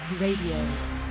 Radio